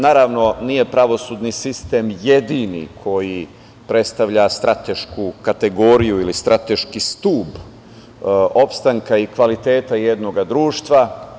Naravno, nije pravosudni sistem jedini koji predstavlja stratešku kategoriju ili strateški stub opstanka i kvaliteta jednog društva.